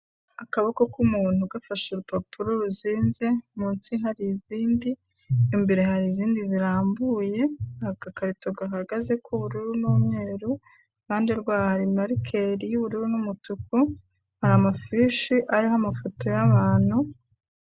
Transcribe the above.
Akaboko k'umuntu gafashe urupapuro ruzinze, munsi hari izindi, imbere hari izindi zirambuye, agakarito gahagaze k'ubururu n'umweru, iruhande rwaho hari marikeri y'ubururu n'umutuku, hari amafishi ariho amafoto y'abantu.